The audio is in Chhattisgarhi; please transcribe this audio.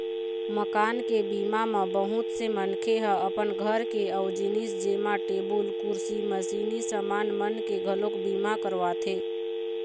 मकान के बीमा म बहुत से मनखे ह अपन घर के अउ जिनिस जेमा टेबुल, कुरसी, मसीनी समान मन के घलोक बीमा करवाथे